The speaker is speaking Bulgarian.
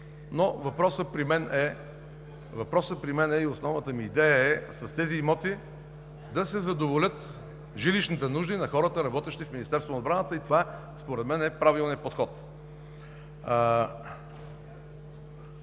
Въпросът при мен и основната ми идея е с тези имоти да се задоволят жилищните нужди на хората, работещи в Министерството на отбраната, и това според мен е правилният подход.